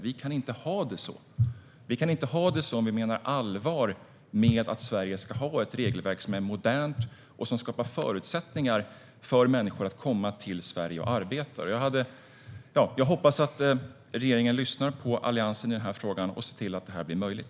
Vi kan inte ha det så om vi menar allvar med att Sverige ska ha ett regelverk som är modernt och som skapar förutsättningar för människor att komma till Sverige för att arbeta. Jag hoppas att regeringen lyssnar på Alliansen i den här frågan och ser till att detta blir möjligt.